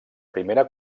primera